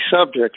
subject